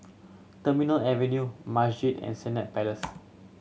Terminal Avenue Masjid and Senett Palace